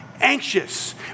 anxious